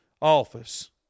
office